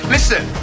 Listen